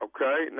Okay